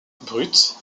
brute